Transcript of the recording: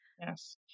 Yes